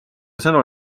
sõnul